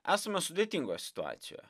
esame sudėtingoje situacijoje